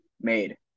made